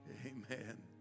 Amen